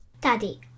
Daddy